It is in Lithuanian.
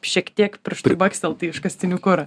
šiek tiek pirštu bakstelti į iškastinį kurą jo ir